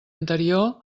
anterior